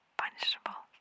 punishable